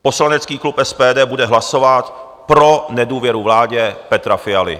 Poslanecký klub SPD bude hlasovat pro nedůvěru vládě Petra Fialy.